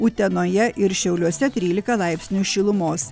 utenoje ir šiauliuose trylika laipsnių šilumos